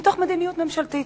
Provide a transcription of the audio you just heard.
מתוך מדיניות ממשלתית.